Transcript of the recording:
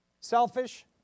selfish